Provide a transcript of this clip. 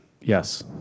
Yes